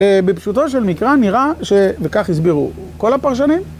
בפשוטו של מקרא נראה ש... וכך הסבירו כל הפרשנים.